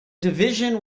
division